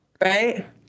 Right